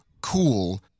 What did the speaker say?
cool